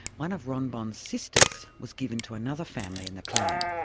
one of ron bon's sisters was given to another family in the clan.